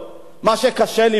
ואותם מתלהמים,